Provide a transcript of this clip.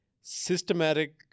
systematic